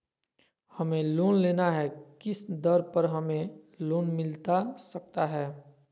हमें लोन लेना है किस दर पर हमें लोन मिलता सकता है?